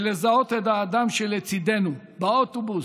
לזהות את האדם שלצידנו באוטובוס,